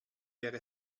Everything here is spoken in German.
wäre